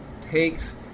takes